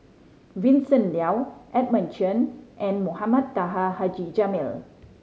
Vincent Leow Edmund Chen and Mohamed Taha Haji Jamil